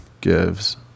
gives